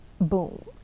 boom